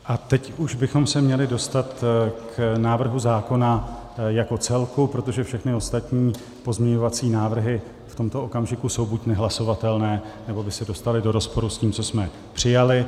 A teď už bychom se měli dostat k návrhu zákona jako celku, protože všechny ostatní pozměňovací návrhy jsou v tomto okamžiku buď nehlasovatelné, nebo by se dostaly do rozporu s tím, co jsme přijali.